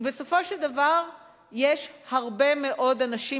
כי בסופו של דבר יש הרבה מאוד אנשים